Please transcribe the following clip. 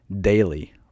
daily